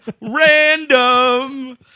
Random